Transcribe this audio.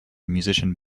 musician